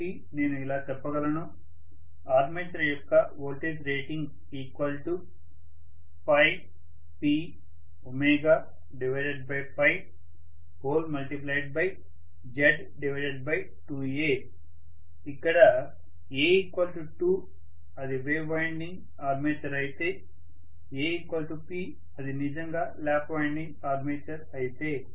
కాబట్టి నేను ఇలా చెప్పగలను ఆర్మేచర్ యొక్క వోల్టేజ్ రేటింగ్ PZ2a ఇక్కడ a 2 అది వేవ్ వైండింగ్ ఆర్మేచర్ అయితే a P అది నిజంగా ల్యాప్ వైండింగ్ ఆర్మేచర్ అయితే